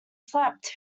slept